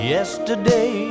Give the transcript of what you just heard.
Yesterday